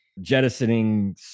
jettisoning